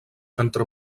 entre